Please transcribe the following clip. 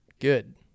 Good